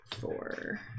Four